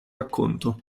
racconto